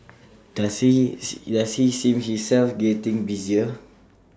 does he see himself getting busier